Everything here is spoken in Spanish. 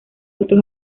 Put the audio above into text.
otros